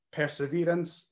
perseverance